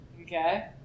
Okay